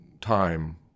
time